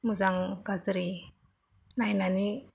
मोजां गाज्रि नायनानै